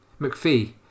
McPhee